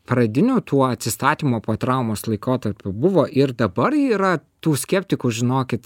pradiniu tuo atsistatymo po traumos laikotarpiu buvo ir dabar yra tų skeptikų žinokit